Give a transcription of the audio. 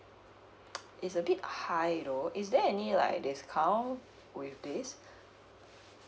it's a bit high though is there any like discount with this